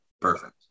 perfect